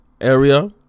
area